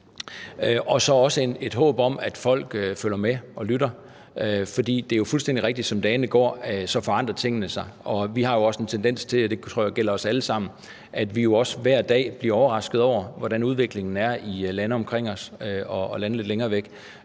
og så også et håb om, at folk følger med og lytter. For det er jo fuldstændig rigtigt, at som dagene går, forandrer tingene sig, og der er jo også en tendens til – og det tror jeg gælder os alle sammen – at vi hver dag bliver overrasket over, hvordan udviklingen er i lande omkring os og lande lidt længere væk.